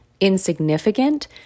insignificant